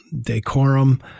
decorum